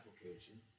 application